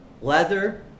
leather